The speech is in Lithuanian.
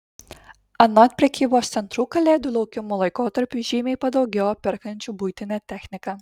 anot prekybos centrų kalėdų laukimo laikotarpiu žymiai padaugėjo perkančių buitinę techniką